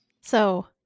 So-